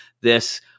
this-